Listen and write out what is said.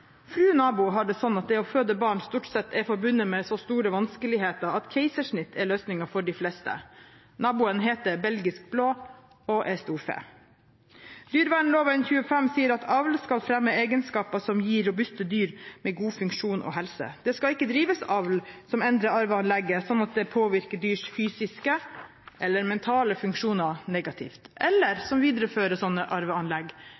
Fru nabo har det sånn at det å føde barn stort sett er forbundet med så store vanskeligheter at keisersnitt er løsningen for de fleste. Naboen heter Belgisk blå og er storfe. Dyrevelferdsloven § 25 sier at avl skal fremme egenskaper som gir robuste dyr med god funksjon og helse. Det skal ikke drives avl som endrer arveanlegget sånn at det påvirker dyrs fysiske eller mentale funksjoner negativt, eller som viderefører sånne arveanlegg,